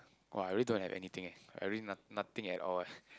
!wah! I really don't have anything eh I really not~ nothing at all eh